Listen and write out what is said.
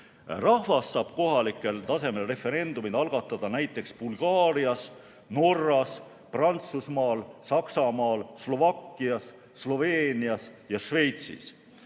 Rahvas saab kohalikul tasemel referendumeid algatada näiteks Bulgaarias, Norras, Prantsusmaal, Saksamaal, Slovakkias, Sloveenias ja Šveitsis.